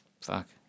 fuck